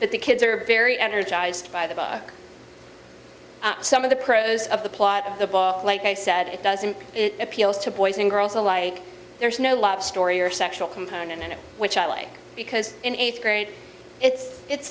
that the kids are very energized by the some of the prose of the plot of the ball like i said it doesn't it appeals to boys and girls alike there's no love story or sexual component in it which i like because in eighth grade it's it's